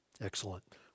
Excellent